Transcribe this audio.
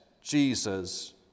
Jesus